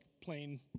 plain